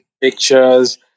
pictures